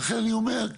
ולכן אני אומר,